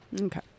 Okay